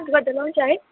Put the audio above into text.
dance गर्दा लाउँछ है